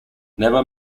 never